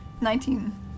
Nineteen